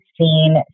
seen